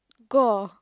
gore